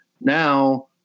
now